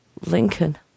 Lincoln